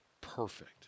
perfect